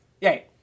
Yay